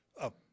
up